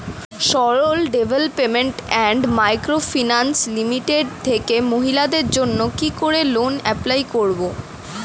Sarala development and micro finance limited থেকে মহিলাদের জন্য কি করে লোন এপ্লাই করব?